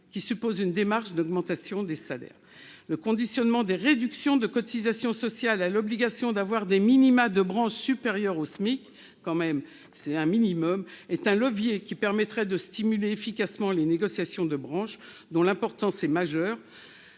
qui suppose une démarche d'augmentation des salaires. Le conditionnement des réductions de cotisations sociales à l'obligation d'afficher des minima de branche supérieurs au SMIC est un levier qui permettrait de stimuler efficacement les négociations de branche, dont l'importance est majeure,